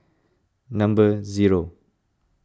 number zero